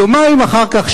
יומיים אחר כך,